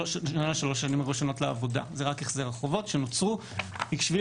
שלוש השנים הראשונות לעבודה זה רק החזר החובות שנוצרו בשביל